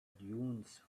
dunes